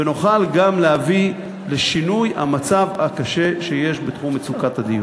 ונוכל גם להביא לשינוי המצב הקשה בתחום מצוקת הדיור.